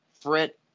fret